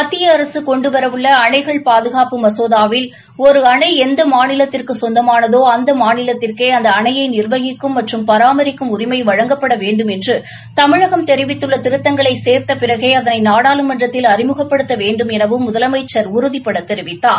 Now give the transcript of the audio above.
மத்திய அரசு கொண்டுவரவுள்ள அணைகள் பாதுகாப்பு மசோதாவில் ஒரு அணை எந்த மாநிலத்திற்கு சொந்தமாளதோ அந்த மாநிலத்திற்கே அந்த அணையை நிர்வகிக்கும் மற்றும் பராமரிக்கும் உரிமை வழங்கப்பட வேண்டும் என்று தமிழகம் தெரிவித்துள்ள திருத்தங்களை சேர்த பிறகே அதனை நாடாளுமன்றத்தில் அறிமுகப்படுத்த வேண்டும் எனவும் முதலமைச்சர் உறுதிபட தெரிவித்தார்